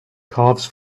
calves